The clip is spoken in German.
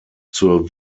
zur